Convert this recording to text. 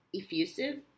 effusive